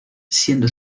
siendo